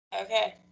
okay